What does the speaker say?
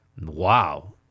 Wow